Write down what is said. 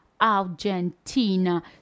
Argentina